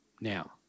now